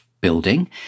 Building